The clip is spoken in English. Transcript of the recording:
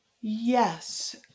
Yes